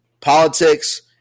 politics